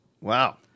Wow